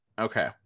Okay